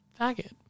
faggot